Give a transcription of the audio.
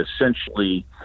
essentially